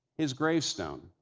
his gravestone,